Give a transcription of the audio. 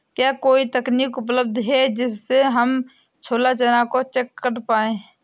क्या कोई तकनीक उपलब्ध है जिससे हम छोला चना को चेक कर पाए?